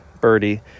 Birdie